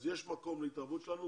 אז יש מקום להתערבות שלנו.